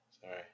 Sorry